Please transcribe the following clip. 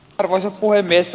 arvoisa puhemies